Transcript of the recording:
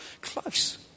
close